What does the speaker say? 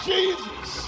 Jesus